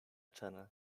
channel